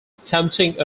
attempting